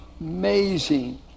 amazing